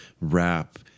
rap